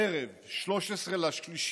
הערב, 13 במרץ,